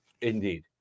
Indeed